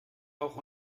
auch